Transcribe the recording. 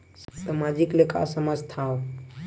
सामाजिक ले का समझ थाव?